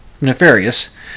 nefarious